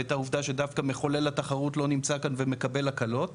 ואת העובדה שדווקא מחולל התחרות לא נמצא כאן ומקבל הקלות,